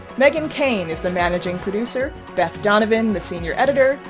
meghan keane is the managing producer, beth donovan the senior editor.